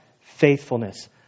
faithfulness